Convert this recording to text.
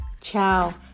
ciao